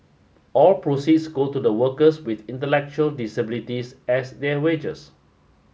all proceeds go to the workers with intellectual disabilities as their wages